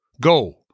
Go